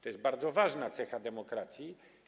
To jest bardzo ważna cecha demokracji.